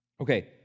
Okay